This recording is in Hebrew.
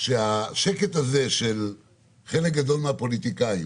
שהשקט הזה של חלק גדול מהפוליטיקאים,